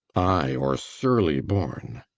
ay, or surly borne.